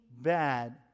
bad